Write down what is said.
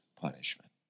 punishment